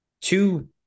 two